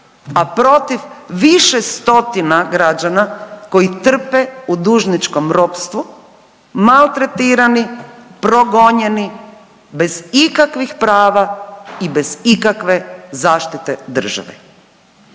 a protiv više stotina građana koji trpe u dužničkom ropstvu, maltretirani, progonjeni, bez ikakvih prava i bez ikakve zaštite države.